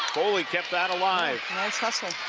foley kept that alive. nice hustle.